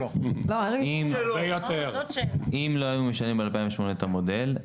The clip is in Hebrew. אם לא היו משנים בשנת 2008 את המודל,